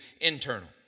internal